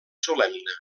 solemne